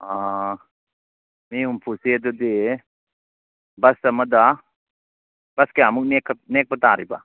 ꯑꯥ ꯃꯤ ꯍꯨꯝꯐꯨꯁꯦ ꯑꯗꯨꯗꯤ ꯕꯁ ꯑꯃꯗ ꯕꯁ ꯀꯌꯥꯃꯨꯛ ꯅꯦꯛꯄ ꯇꯥꯔꯤꯕ